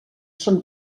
són